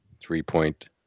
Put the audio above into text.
three-point